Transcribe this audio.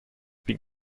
been